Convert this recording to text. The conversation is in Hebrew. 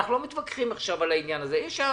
אנחנו לא מתווכחים עכשיו על העניין הזה, יש הארכה.